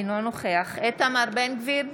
אינו נוכח איתמר בן גביר,